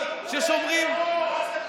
אני בז לפושעים,